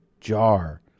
jar